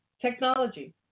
Technology